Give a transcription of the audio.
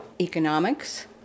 economics